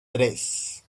tres